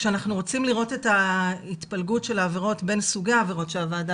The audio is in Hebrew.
כשאנחנו רוצים לראות את ההתפלגות של העבירות בין סוגי העבירות שהוועדה